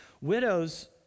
Widows